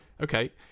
Okay